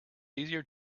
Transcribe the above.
easier